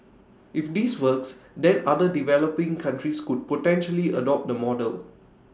if this works then other developing countries could potentially adopt the model